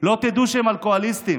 לא תדעו שהם אלכוהוליסטים.